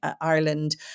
Ireland